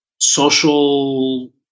social